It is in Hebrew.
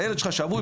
הילד שלך שבוי,